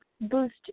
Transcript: boost